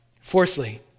Fourthly